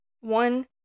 one